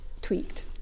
tweaked